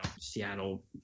Seattle